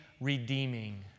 redeeming